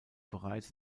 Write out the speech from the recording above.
bereits